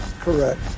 correct